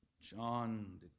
John